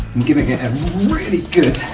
giving it a really good